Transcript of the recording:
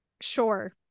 sure